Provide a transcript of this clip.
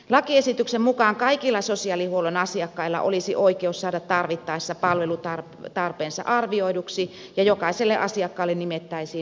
lakiesityksen mukaan kaikilla sosiaalihuollon asiakkailla olisi oikeus saada tarvittaessa palvelutarpeensa arvioiduksi ja jokaiselle asiakkaalle nimettäisiin omatyöntekijä